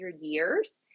years